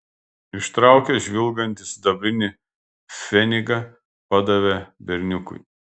ištraukęs žvilgantį sidabrinį pfenigą padavė berniukui